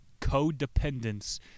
Codependence